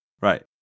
right